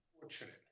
fortunate